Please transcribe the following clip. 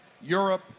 Europe